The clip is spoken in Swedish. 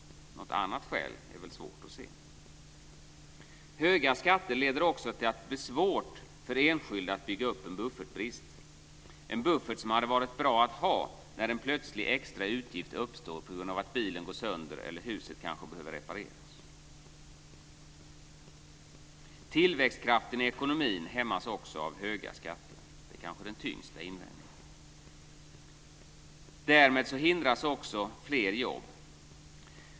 Något annat skäl är väl svårt att se. · Höga skatter leder också till att det blir svårt för enskilda att bygga upp en bristbuffert - en buffert som hade varit bra att ha när en plötslig extra utgift uppstår på grund av att bilen går sönder eller att huset behöver repareras. · Tillväxtkraften i ekonomin hämmas också av höga skatter. Det är kanske den tyngsta invändningen. Därmed hindras också fler jobb.